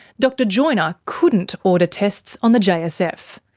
dr joiner couldn't order tests on the jsf.